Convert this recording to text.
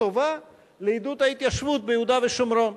טובה לעידוד ההתיישבות ביהודה ושומרון.